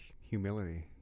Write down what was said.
humility